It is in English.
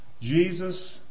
Jesus